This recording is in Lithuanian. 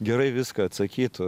gerai viską atsakytų